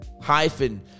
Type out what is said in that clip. hyphen